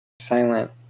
Silent